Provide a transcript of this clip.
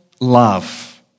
love